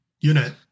unit